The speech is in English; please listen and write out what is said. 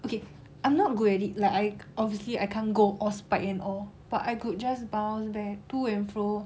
okay I'm not good at it like obviously I can't go or spike and all but I could just bounce back to and fro